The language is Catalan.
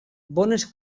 bones